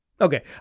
Okay